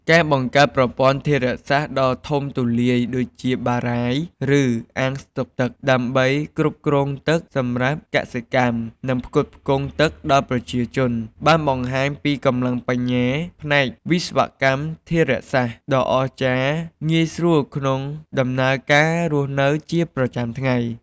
ការបង្កើតប្រព័ន្ធធារាសាស្ត្រដ៏ធំទូលាយដូចជាបារាយណ៍ ឬ អាងស្តុកទឹក ដើម្បីគ្រប់គ្រងទឹកសម្រាប់កសិកម្ម និងផ្គត់ផ្គង់ទឹកដល់ប្រជាជន បានបង្ហាញពីកម្លាំងបញ្ញាផ្នែកវិស្វកម្មធារាសាស្ត្រដ៏អស្ចារ្យងាយស្រួលក្នុងដំណើរការរស់នៅជាចាំថ្ងៃ។